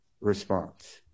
response